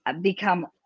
become